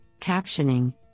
captioning